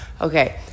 Okay